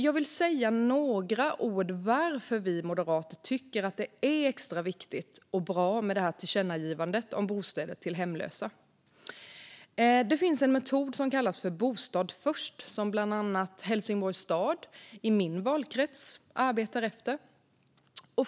Jag vill säga några ord om varför vi moderater tycker att det är extra viktigt och bra med tillkännagivandet om bostäder till hemlösa. Det finns en metod som kallas Bostad först, som bland annat Helsingborgs stad i min valkrets arbetar efter.